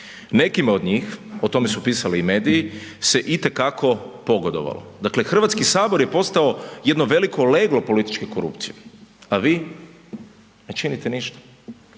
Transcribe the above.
Nekima od njih, o tome su pisali i mediji se itekako pogodovalo, dakle Hrvatski sabor je postao jedno veliko leglo političke korupcije, a vi ne činite ništa.